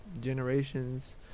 generations